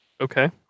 Okay